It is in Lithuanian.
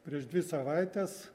prieš dvi savaites